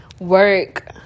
work